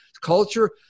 culture